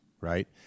right